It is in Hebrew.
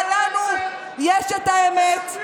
אבל לנו יש את האמת,